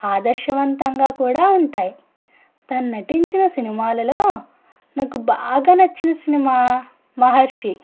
ఆదర్శవంతంగా కూడా ఉంటాయి తను నటించిన సినిమాలలో నాకు బాగా నచ్చిన సినిమా మహర్షి